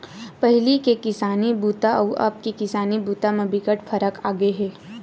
पहिली के किसानी बूता अउ अब के किसानी बूता म बिकट फरक आगे हे